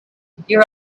your